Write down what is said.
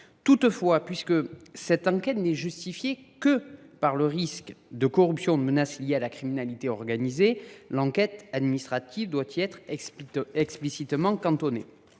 Toutefois, puisqu’une telle enquête n’est justifiée que par le risque de corruption ou de menace lié à la criminalité organisée, l’enquête administrative doit y être explicitement cantonnée.